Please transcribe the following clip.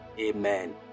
Amen